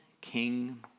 king